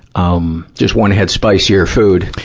um just one had spicier food.